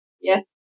Yes